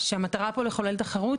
שהמטרה פה היא לחולל תחרות.